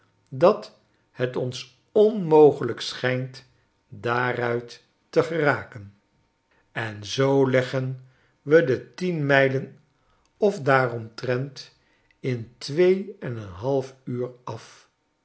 dat het ons onmogelijk schijnt daaruit te geraken en zoo leggen we de tien mijlen of daaromtrent in twee en een half uur af